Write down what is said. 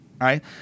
Right